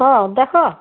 ହଁ ଦେଖ